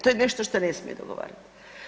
To je nešto što ne smije dogovarati.